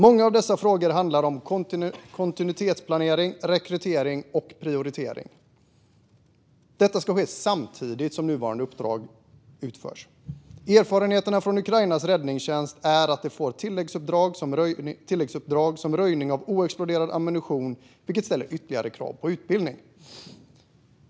Många av dessa frågor handlar om kontinuitetsplanering, rekrytering och prioritering. Detta ska ske samtidigt som nuvarande uppdrag utförs. Erfarenheterna från Ukrainas räddningstjänst är att de får tilläggsuppdrag som röjning av oexploderad ammunition, vilket ställer ytterligare krav på utbildning.